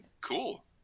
cool